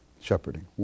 Shepherding